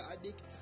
addict